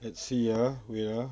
let's see ah wait ah